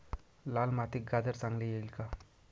लाल मातीत गाजर चांगले येईल का?